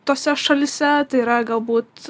tose šalyse tai yra galbūt